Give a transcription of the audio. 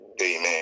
Amen